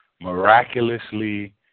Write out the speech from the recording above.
miraculously